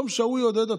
במקום שההוא יעודד אותו,